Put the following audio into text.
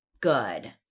good